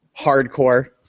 hardcore